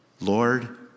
Lord